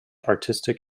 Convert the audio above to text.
artistic